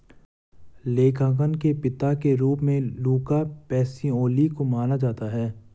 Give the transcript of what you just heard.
लेखांकन के पिता के रूप में लुका पैसिओली को माना जाता है